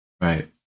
Right